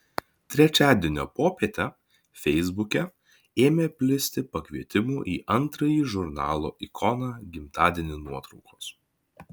trečiadienio popietę feisbuke ėmė plisti pakvietimų į antrąjį žurnalo ikona gimtadienį nuotraukos